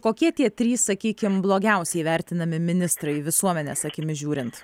kokie tie trys sakykim blogiausiai vertinami ministrai visuomenės akimis žiūrint